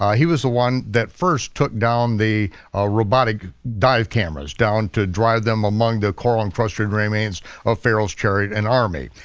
ah he was the one that first took down the robotic dive cameras down to drive them among the coral and frustrated remains of pharaoh's chariot and army.